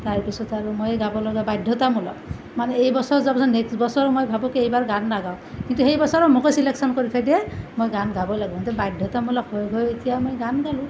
তাৰপিছত আৰু ময়ে গাব লাগে বাধ্যতামূলক মানে এইবছৰ যোৱাৰ পিছত নেক্সট বছৰ মই ভাবোঁ কি এইবাৰ গান নাগাওঁ কিন্তু সেইবছৰো মোকেই চিলেকশ্যন কৰি থৈ দিয়ে মই গান গাবই লাগিব সেইটো বাধ্যতামূলক হৈ হৈ এতিয়া মই গান গালোঁ